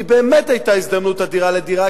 והוא באמת היה הזדמנות אדירה לדירה,